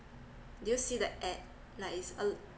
did you see the ad like it's a